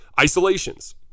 Isolations